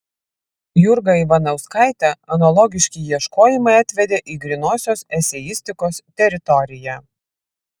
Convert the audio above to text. jurgą ivanauskaitę analogiški ieškojimai atvedė į grynosios eseistikos teritoriją